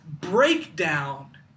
breakdown